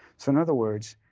so in other words,